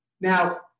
Now